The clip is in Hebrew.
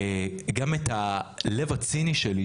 גם את הלב הציני שלי,